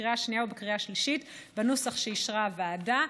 בקריאה השנייה ובקריאה השלישית בנוסח שאישרה הוועדה.